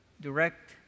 direct